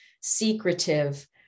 secretive